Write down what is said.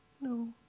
No